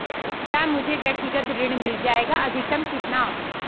क्या मुझे व्यक्तिगत ऋण मिल जायेगा अधिकतम कितना?